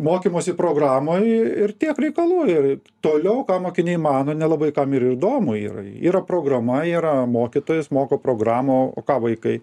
mokymosi programoj ir tiek reikalų ir toliau ką mokiniai mano nelabai kam ir įdomu yra yra programa yra mokytojas moko programą o ką vaikai